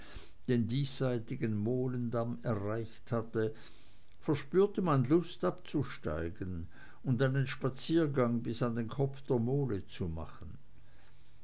den diesseitigen molendamm erreicht hatte verspürte man lust abzusteigen und einen spaziergang bis an den kopf der mole zu machen